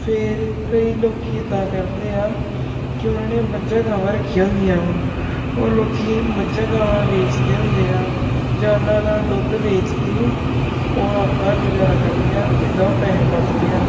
ਫੇਰ ਕਈ ਲੋਕ ਇੱਦਾਂ ਕਰਦੇ ਆ ਕਿ ਉਹਨਾਂ ਨੇ ਮੱਝਾ ਗਾਵਾਂ ਰੱਖੀਆਂ ਹੁੰਦੀਆਂ ਵਾ ਉਹ ਲੋਕ ਮੱਝਾਂ ਗਾਵਾਂ ਵੇਚਦੇ ਹੁੰਦੇ ਆ ਜਾਂ ਉਹਨਾਂ ਦਾ ਦੁੱਧ ਵੇਚ ਕੇ ਉਹ ਆਪਦਾ ਗੁਜ਼ਾਰਾ ਕਰਦੇ ਆ ਅਤੇ ਇੱਦਾਂ ਉਹ ਪੈਸੇ ਵੱਟਦੇ ਆ